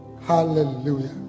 Hallelujah